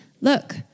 Look